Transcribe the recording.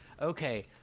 okay